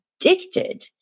addicted